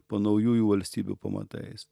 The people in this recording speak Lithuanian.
po naujųjų valstybių pamatais